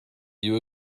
you